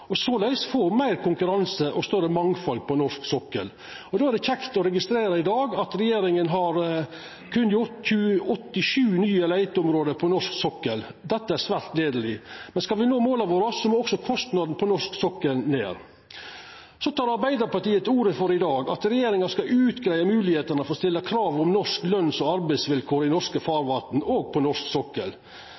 og såleis få meir konkurranse og større mangfald på norsk sokkel. Då er det kjekt i dag å registrera at regjeringa har kunngjort 87 nye leiteområde på norsk sokkel. Dette er svært gledeleg, men skal me nå måla våre, må også kostnadene på norsk sokkel ned. Så tek Arbeidarpartiet i dag til orde for at regjeringa skal utgreia moglegheita for å stilla krav om norske løns- og arbeidsvilkår i norske farvatn, òg på norsk sokkel.